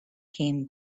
came